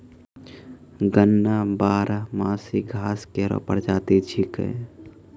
गन्ना बारहमासी घास केरो प्रजाति छिकै